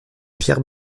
pierre